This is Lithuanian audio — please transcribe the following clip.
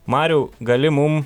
mariau gali mum